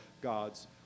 God's